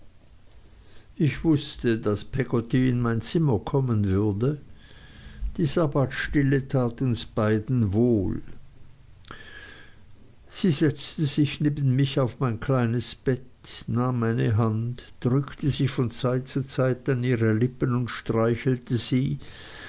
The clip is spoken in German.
ich wußte daß peggotty in mein zimmer kommen würde die sabbatstille tat uns beiden wohl sie setzte sich neben mich auf mein kleines bett nahm meine hand drückte sie von zeit zu zeit an ihre lippen und streichelte sie